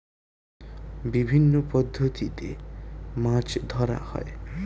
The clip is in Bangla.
বিভিন্ন পদ্ধতিতে মাছ ধরা হয়